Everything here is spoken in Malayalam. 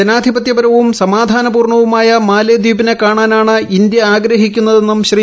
ജനാധിപത്യപരവും സമാധാനപൂർണ്ണവുമായ മാലെദ്വീപിനെ കാണാനാണ് ഇന്ത്യ ആഗ്രഹിക്കുന്നതെന്നും ശ്രീ